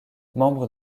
membre